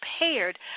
prepared